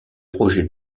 projets